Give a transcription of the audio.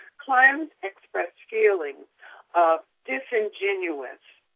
clients expressed feelings of disingenuous,